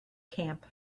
camp